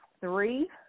three